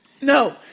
No